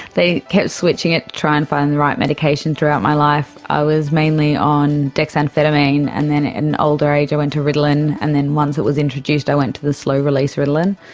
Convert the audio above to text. they kept switching it to try and find the right medication throughout my life. i was mainly on dexamphetamine, and then in older age i went to ritalin, and then once it was introduced i went to the slow release ritalin.